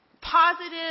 positive